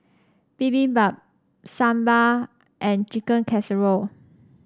Bibimbap Sambar and Chicken Casserole